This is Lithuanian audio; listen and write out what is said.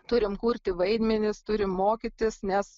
turim kurti vaidmenis turi mokytis nes